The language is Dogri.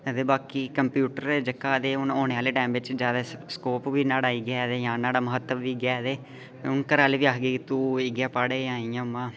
ते बाकी कंप्यूटर जेह्का ते हून औने आह्ले टाइम बिच जैदा स्कोप बी न्हाड़ा गै जां न्हाड़ा म्हत्तव बी ऐ ते हून घरा आह्ले बी इ'यै आखदे के तूं इ'यै पढ़ जां इ'यां उ'आं